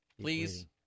Please